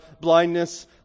blindness